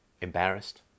embarrassed